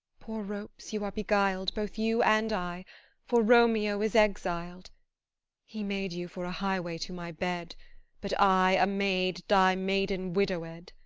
poor ropes, you are beguil'd, both you and i for romeo is exil'd he made you for a highway to my bed but i, a maid, die maiden-widowed.